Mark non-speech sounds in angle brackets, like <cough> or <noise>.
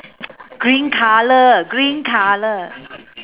<noise> green colour green colour